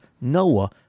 Noah